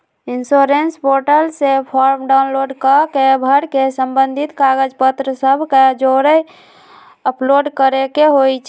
insurance portal से form download कऽ के भर के संबंधित कागज पत्र सभ के जौरे अपलोड करेके होइ छइ